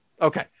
Okay